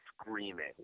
screaming